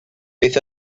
beth